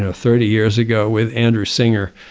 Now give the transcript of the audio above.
ah thirty years ago with andrew singer.